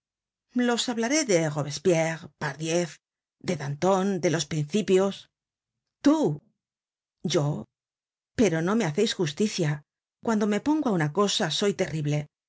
los hablaré de robespierre pardiez de danton de los principios tú yo pero no me haceis justicia cuando me pongo á una cosa soy terrible